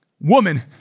woman